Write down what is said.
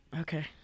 Okay